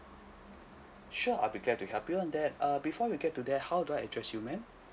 sure I'll be glad to help you on that err before we get to that how do I address you ma'am